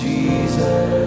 Jesus